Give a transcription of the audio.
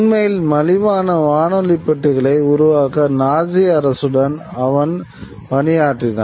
உண்மையில் மலிவான வானொலி பெட்டிகளை உருவாக்க நாஜி அரசுடன் அவன் பணியாற்றின